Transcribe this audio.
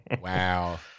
Wow